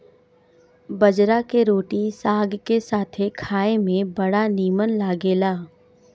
बजरा के रोटी साग के साथे खाए में बड़ा निमन लागेला